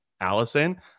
allison